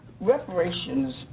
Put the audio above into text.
reparations